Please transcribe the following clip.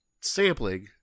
sampling